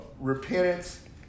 Repentance